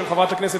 התש"ע